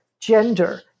gender